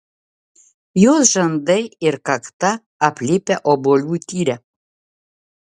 jos žandai ir kakta aplipę obuolių tyre